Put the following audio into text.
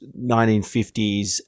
1950s